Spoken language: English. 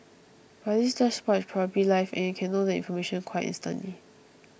but this dashboard is probably live and you can know information quite instantly